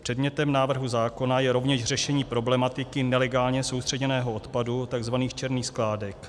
Předmětem návrhu zákona je rovněž řešení problematiky nelegálně soustředěného odpadu, tzv. černých skládek.